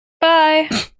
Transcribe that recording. Bye